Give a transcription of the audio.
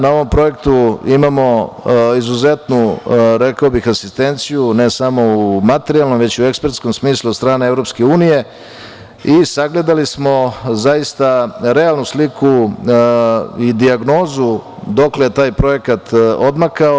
Na ovom projektu imamo izuzetnu asistenciju, ne samo u materijalnom, već i u ekspertskom smislu od strane EU, i sagledali smo zaista realnu sliku i dijagnozu dokle je taj projekat odmakao.